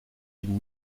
une